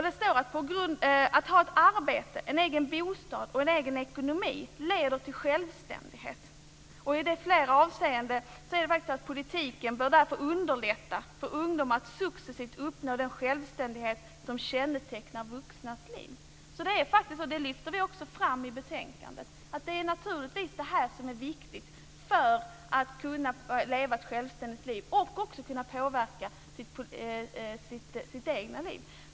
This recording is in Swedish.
Det står vidare: "Att ha ett arbete, en egen bostad och en egen ekonomi leder till självständighet -." I flera avseenden är det faktiskt så att politiken därför bör underlätta för ungdomar att successivt uppnå den självständighet som kännetecknar vuxnas liv. Det lyfter vi också fram i betänkandet. Det är naturligtvis det här som är viktigt för att kunna leva ett självständigt liv och även för att kunna påverka sitt egna liv.